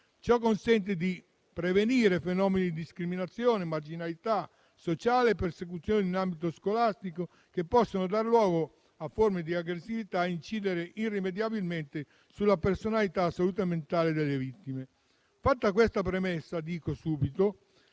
Ciò consente di prevenire fenomeni di discriminazione, marginalità sociale e persecuzione in ambito scolastico, che possono dar luogo a forme di aggressività e incidere irrimediabilmente sulla personalità e sulla salute mentale delle vittime. Fatta questa premessa, dico subito